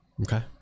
Okay